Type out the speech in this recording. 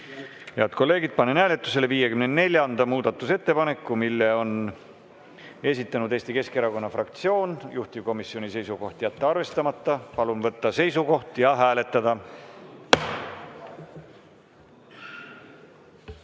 ja toetada. Panen hääletusele 56. muudatusettepaneku. Selle on esitanud Eesti Keskerakonna fraktsioon. Juhtivkomisjoni seisukoht on jätta arvestamata. Palun võtta seisukoht ja hääletada!